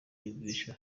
yiyumvisha